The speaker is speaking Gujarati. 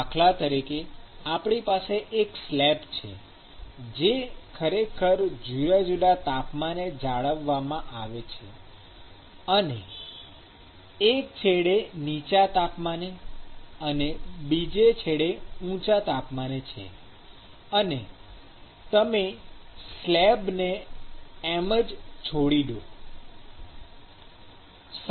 દાખલા તરીકે આપણી પાસે એક સ્લેબ છે જે ખરેખર જુદા જુદા તાપમાને જાળવવામાં આવે છે અને એક છેડે નીચા તાપમાને અને બીજા છેડે ઊંચા તાપમાને છે અને તમે સ્લેબને એમ જ છોડી દો છો